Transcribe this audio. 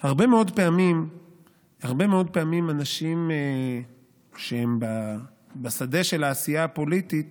הרבה מאוד פעמים אנשים שהם בשדה של העשייה הפוליטית